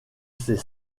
ses